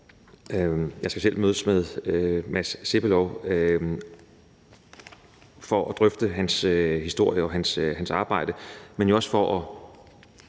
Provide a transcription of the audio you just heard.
jeg skal selv mødes med Mads Sebbelov for at drøfte hans historie og hans arbejde. Men det er